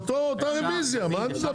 הצבעה בעד 3, נגד